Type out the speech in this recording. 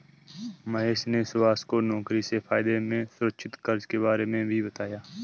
महेश ने सुभाष को नौकरी से फायदे में असुरक्षित कर्ज के बारे में भी बताया